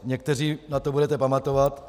Někteří na to budete pamatovat.